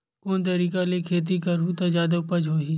कोन तरीका ले खेती करहु त जादा उपज होही?